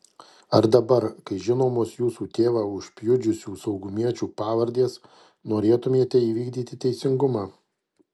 ar dabar kai žinomos jūsų tėvą užpjudžiusių saugumiečių pavardės norėtumėte įvykdyti teisingumą